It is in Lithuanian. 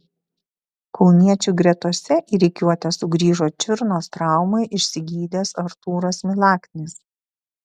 kauniečių gretose į rikiuotę sugrįžo čiurnos traumą išsigydęs artūras milaknis